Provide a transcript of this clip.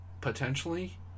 potentially